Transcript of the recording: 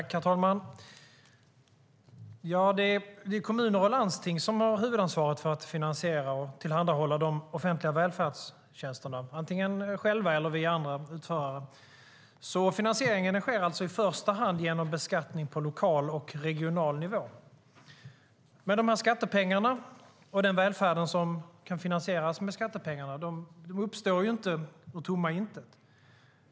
Herr talman! Det är kommunerna och landstingen som har huvudansvaret för att finansiera och tillhandahålla de offentliga välfärdstjänsterna, antingen själva eller via andra utförare. Finansieringen sker alltså i första hand genom beskattning på lokal och regional nivå. Skattepengarna och den välfärd som kan finansieras med skattepengarna uppstår inte ur tomma intet.